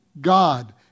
God